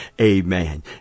Amen